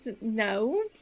No